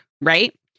right